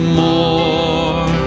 more